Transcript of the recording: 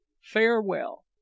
farewell